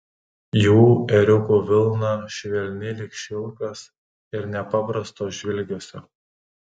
jų ėriukų vilna švelni lyg šilkas ir nepaprasto žvilgesio